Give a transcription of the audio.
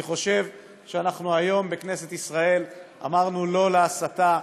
אני חושב שאנחנו היום בכנסת ישראל אמרנו "לא" להסתה,